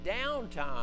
downtime